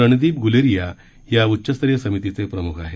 रणदीप गूलेरिया या उच्चस्तरीय समितीचे प्रमुख आहेत